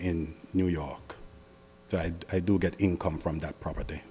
in new york so i'd do get income from that property